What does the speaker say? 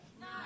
No